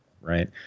right